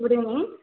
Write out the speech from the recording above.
good evening